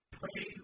pray